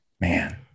man